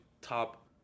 top